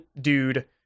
dude